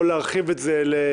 אפשר להרחיב את זה למגדר,